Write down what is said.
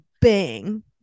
bang